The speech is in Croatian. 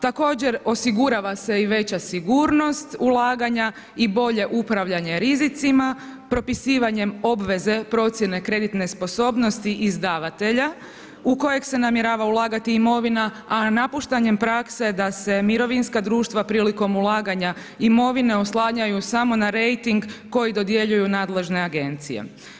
Također, osigurava se i veće sigurnost ulaganja i bolje upravljanje rizicima, propisivanje obveze procjene kreditne sposobnost izdavatelja u kojeg se namjerava ulagati imovina a napuštanjem prakse da se mirovinska društva prilikom ulaganja imovine oslanjaju samo na rejting koji dodjeljuju nadležne agencije.